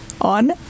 on